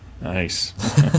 Nice